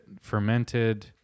fermented